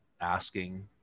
asking